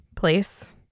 place